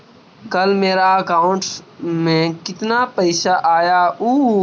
कल मेरा अकाउंटस में कितना पैसा आया ऊ?